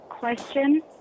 question